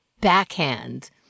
backhand